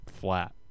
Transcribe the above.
flat